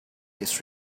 his